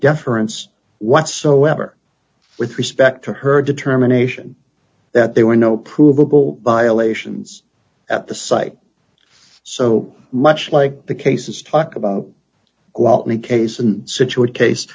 difference whatsoever with respect to her determination that there were no provable violations at the site so much like the cases talk about quote me case in scituate case